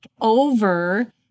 over